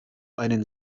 einen